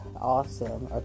awesome